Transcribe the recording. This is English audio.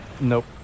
Nope